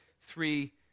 three